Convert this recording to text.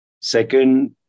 Second